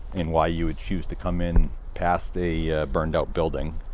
and why you would choose to come in past a ah burned out building,